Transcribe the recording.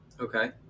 Okay